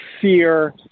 fear